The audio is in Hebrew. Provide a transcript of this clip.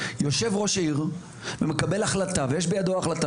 יושב ראש העיר ומקבל החלטה ויש בידו החלטה